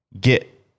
get